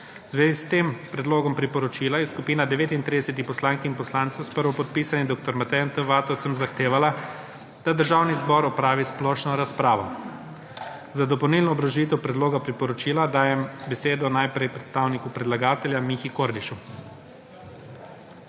zvezi s tem predlogom priporočila je skupina 39. poslank in poslancev, s prvopodpisanim dr. Matejem T. Vatovcem zahtevala, da Državni zbor opravi splošno razpravo. Za dopolnilno obrazložitev predloga priporočila dajem besedo najprej predstavniku predlagatelja, Mihi Kordišu.